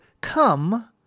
come